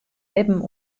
libben